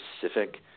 specific